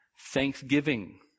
Thanksgiving